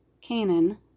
Canaan